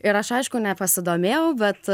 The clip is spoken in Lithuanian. ir aš aišku nepasidomėjau bet